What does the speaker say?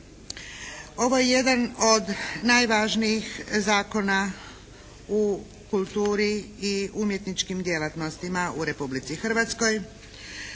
Ovo je jedan od najvažnijih zakona u kulturi i umjetničkim djelatnostima u Republici Hrvatskoj.